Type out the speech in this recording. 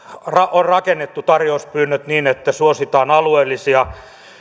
on rakennettu tarjouspyynnöt niin että suositaan alueellisia